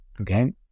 okay